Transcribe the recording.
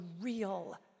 real